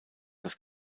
das